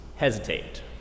hesitate